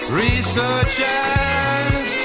researchers